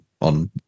on